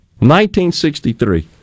1963